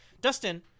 Dustin